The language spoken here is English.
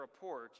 report